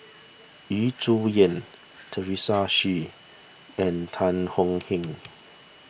Yu Zhuye Teresa Hsu and Tan Thuan Heng